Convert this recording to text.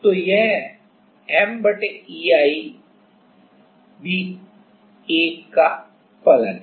तो यह MEI भी एक का फलन है